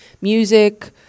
Music